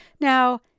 Now